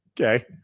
Okay